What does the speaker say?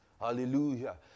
Hallelujah